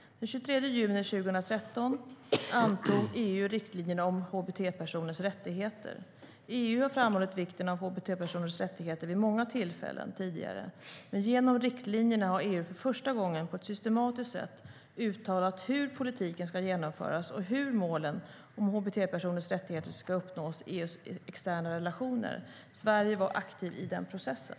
Den 24 juni 2013 antog EU riktlinjer om hbt-personers rättigheter. EU har framhållit vikten av hbt-personers rättigheter vid många tillfällen tidigare, men genom riktlinjerna har EU för första gången på ett systematiskt sätt uttalat hur politiken ska genomföras och hur målen om hbt-personers rättigheter ska uppnås i EU:s externa relationer. Sverige var aktivt i den processen.